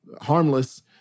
harmless